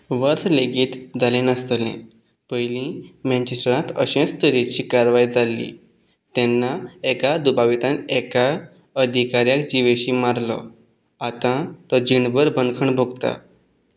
वर्स लेगीत जालें नासतलें पयलीं मॅन्चेस्टरांत अशेंच तरेची कारवाय जाल्ली तेन्ना एका दुबावितान एका अधिकाऱ्याक जिवेशी मारलो आतां तो जीणभर बंदखण भोगता